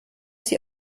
sie